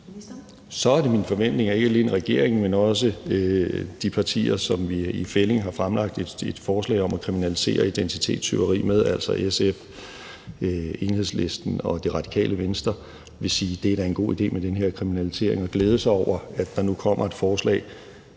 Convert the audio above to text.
Så er det min forventning, at ikke alene regeringen, men også de partier, som vi i fællig har fremsat et forslag med i forhold til at kriminalisere identitetstyveri, altså SF, Enhedslisten og Det Radikale Venstre, vil sige, at da er en god idé med den her kriminalisering, og de vil glæde sig over, at der nu kommer et lovforslag